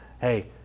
hey